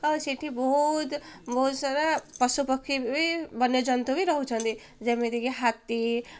ଆଉ ସେଠି ବହୁତ ବହୁତ ସାରା ପଶୁପକ୍ଷୀ ବି ବନ୍ୟଜନ୍ତୁ ବି ରହୁଛନ୍ତି ଯେମିତିକି ହାତୀ